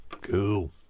Cool